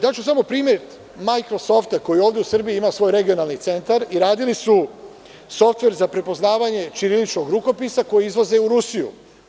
Daću samo primer „Majkrosofta“ koji ovde u Srbiji ima svoj regionalni centar i radili su softver za prepoznavanje ćiriličnog rukopisa koji izvoze u Rusiju.